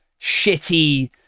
shitty